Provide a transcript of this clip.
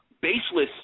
baseless